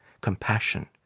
compassion